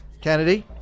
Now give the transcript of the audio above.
Kennedy